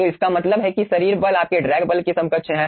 तो इसका मतलब है कि शरीर बल आपके ड्रैग बल के समकक्ष है